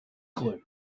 glue